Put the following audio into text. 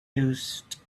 used